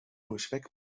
durchweg